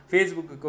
Facebook